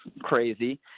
crazy